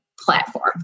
platform